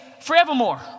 forevermore